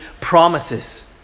promises